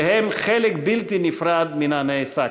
שהם חלק בלתי נפרד מן הנעשה כאן,